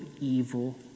evil